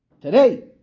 Today